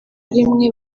rimwe